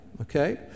okay